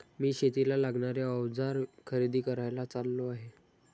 मी शेतीला लागणारे अवजार खरेदी करायला चाललो आहे